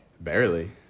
Barely